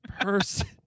person